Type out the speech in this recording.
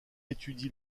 étudie